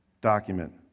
document